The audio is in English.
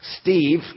Steve